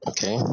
Okay